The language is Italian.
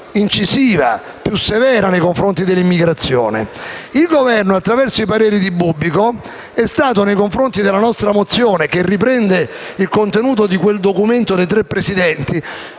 e severa nei confronti dell'immigrazione. Il Governo, attraverso i pareri espressi dal vice ministro Bubbico, è stato, nei confronti della nostra mozione, che riprende il contenuto di quel documento dei tre Presidenti,